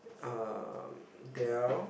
um Dell